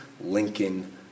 Lincoln